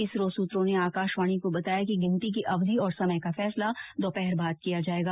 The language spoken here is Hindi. इसरो सूत्रों ने आकाशवाणी को बताया कि गिनती की अवधि और समय का फैसला दोपहर बाद किया जाएगा